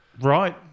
Right